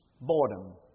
Boredom